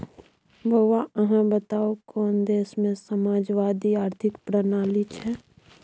बौआ अहाँ बताउ कोन देशमे समाजवादी आर्थिक प्रणाली छै?